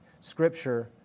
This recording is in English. Scripture